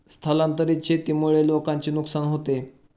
स्थलांतरित शेतीमुळे लोकांचे नुकसान होते